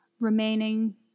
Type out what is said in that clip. remaining